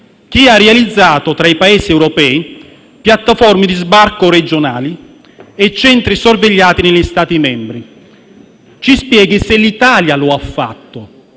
chi ha realizzato, tra i Paesi europei piattaforme di sbarco regionali e centri sorvegliati negli Stati membri. Ci spieghi se l'Italia lo ha fatto;